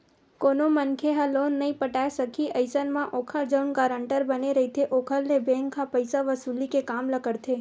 कोनो मनखे ह लोन नइ पटाय सकही अइसन म ओखर जउन गारंटर बने रहिथे ओखर ले बेंक ह पइसा वसूली के काम ल करथे